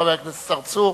חבר הכנסת צרצור,